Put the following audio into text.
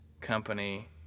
company